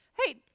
hey